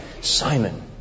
Simon